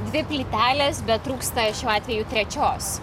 dvi plytelės betrūksta šiuo atveju trečios